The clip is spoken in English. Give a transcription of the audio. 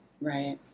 Right